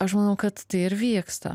aš manau kad tai ir vyksta